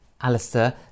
Alistair